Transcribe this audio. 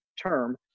term